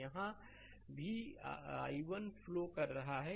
तो यहाँ भी है कि i1 फ्लो कर रहा है